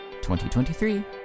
2023